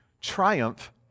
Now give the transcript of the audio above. triumph